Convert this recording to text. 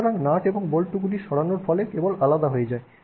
সুতরাং নাট এবং বল্টুগুলি সরানোর পরে কেবল আলাদা হয়ে যায়